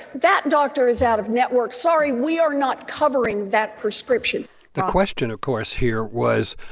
that doctor is out of network. sorry, we are not covering that prescription the question, of course, here was,